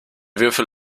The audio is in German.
würfel